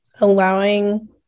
allowing